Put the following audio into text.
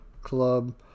club